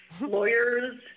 lawyers